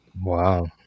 Wow